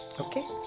Okay